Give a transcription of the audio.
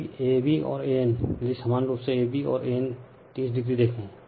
यदि ab और an यदि समान रूप से ab और an 30o देखे